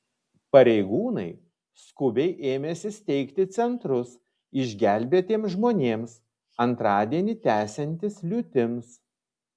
pareigūnai skubiai ėmėsi steigti centrus išgelbėtiems žmonėms antradienį tęsiantis liūtims